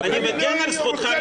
לקדם כלום.